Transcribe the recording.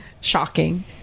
shocking